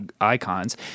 icons